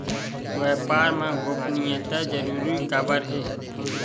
व्यापार मा गोपनीयता जरूरी काबर हे?